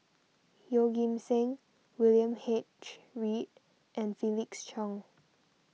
Yeoh Ghim Seng William H Read and Felix Cheong